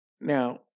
Now